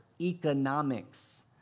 economics